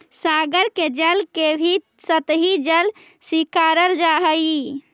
सागर के जल के भी सतही जल स्वीकारल जा हई